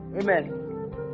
Amen